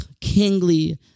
kingly